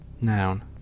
noun